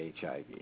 HIV